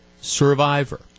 survivor